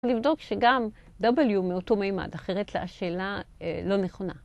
אפשר לבדוק שגם W מאותו ממד אחרת השאלה לא נכונה.